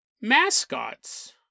Mascots